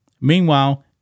Meanwhile